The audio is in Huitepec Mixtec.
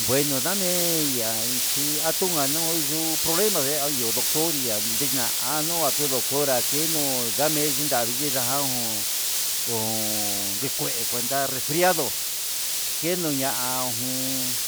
Ngueno ndame anchia tunga nuu yuu problema de ayo'o doctoria, uun ndixna ano'o doctora kenuu ndame chin davii nina han ho o on cuneta resfriado kenuu ujun